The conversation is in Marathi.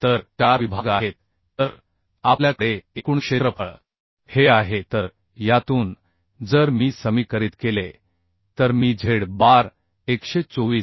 तर चार विभाग आहेत तर आपल्याकडे एकूण क्षेत्रफळ हे आहे तर यातून जर मी समीकरित केले तर मी झेड बार 124